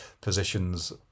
positions